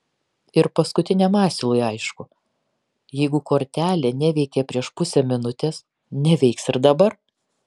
ir paskutiniam asilui aišku jeigu kortelė neveikė prieš pusę minutės neveiks ir dabar